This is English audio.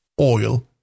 oil